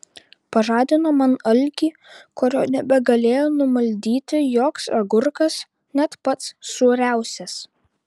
pažadino man alkį kurio nebegalėjo numaldyti joks agurkas net pats sūriausias